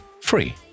free